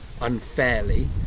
unfairly